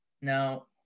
Now